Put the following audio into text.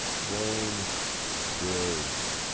rome builds